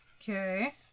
Okay